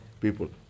people